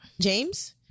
James